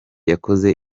yakoze